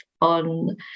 on